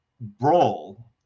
brawl